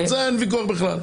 על זה אין ויכוח בכלל.